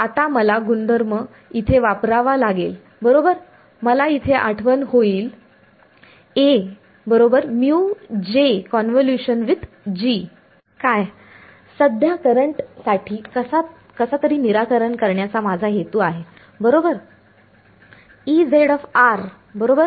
आता मला गुणधर्म इथे वापरावा लागेल बरोबर मला इथे आठवण होईल काय सध्या करंट साठी कसा तरी निराकरण करण्याचा माझा हेतू आहे बरोबर